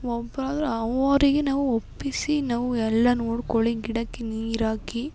ಒಬ್ಬರಾದ್ರೂ ಅವರಿಗೆ ನಾವು ಒಪ್ಪಿಸಿ ನಾವು ಎಲ್ಲ ನೋಡಿಕೊಳ್ಳಿ ಗಿಡಕ್ಕೆ ನೀರು ಹಾಕಿ